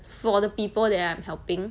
for the people that I'm helping